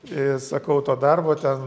ir sakau to darbo ten